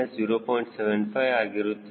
75 ಆಗಿರುತ್ತದೆ